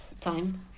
time